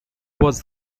was